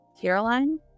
Caroline